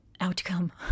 outcome